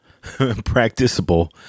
practicable